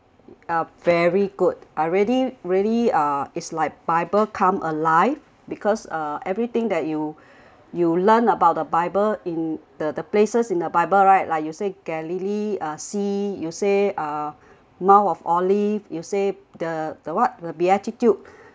uh very good already really ah is like bible come alive because uh everything that you you learn about the bible in the the places in the bible right like you say galilee uh sea you say uh mount of olives you say the the what the beatitudes